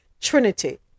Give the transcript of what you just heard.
Trinity